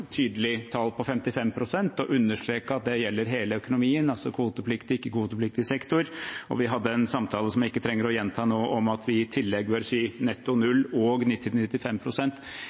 tydelig tall på 55 pst. og understreket at det gjelder hele økonomien, altså kvotepliktig og ikke-kvoteplikt sektor. Vi hadde en samtale som jeg ikke trenger å gjenta nå, om at vi i tillegg bør si netto null og